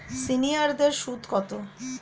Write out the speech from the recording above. সিনিয়ারদের সুদ কত?